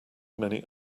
many